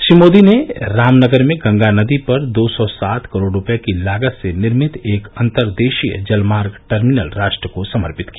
श्री मोदी ने रामनगर में गंगा नदी पर दो सौ सात करोड रूपये की लागत से निर्मित एक अंतर देशीय जलमार्ग टर्मिनल राष्ट्र को समर्पित किया